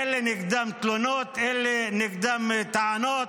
אין לי נגדם תלונות, אין לי נגדם טענות.